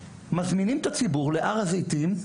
מזמינים את הציבור להר הזיתים,